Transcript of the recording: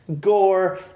gore